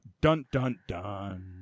dun-dun-dun